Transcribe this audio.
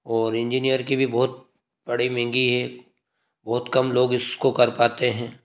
और इंजीनियर की भी बहुत बड़ी महंगी है बहुत काम लोग इसको कर पाते हैं